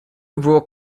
rule